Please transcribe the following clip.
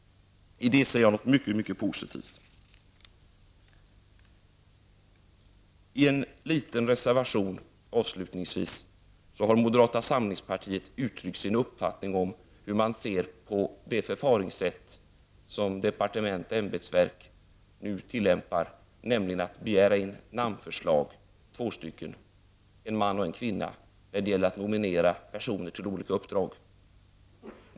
Detta ser jag som mycket positivt. Herr talman! Moderata samlingspartiet har i en reservation uttryckt sin uppfattning om hur man ser på det förfaringssätt som departement och ämbetsverk nu tillämpar, nämligen att vid nominering av personer till olika uppdrag begära in namnförslag på en man och en kvinna.